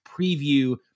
preview